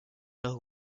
los